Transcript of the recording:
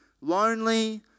lonely